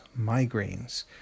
migraines